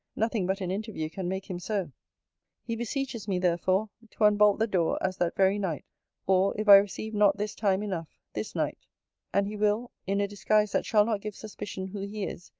nothing but an interview can make him so he beseeches me therefore, to unbolt the door, as that very night or, if i receive not this time enough, this night and he will, in a disguise that shall not give suspicion who he is,